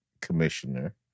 commissioner